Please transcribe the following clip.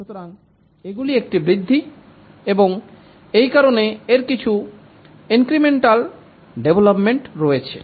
সুতরাং এগুলি একটি বৃদ্ধি এবং এই কারণে এর কিছু ইনক্রিমেন্টাল ডেভলপমেন্ট রয়েছে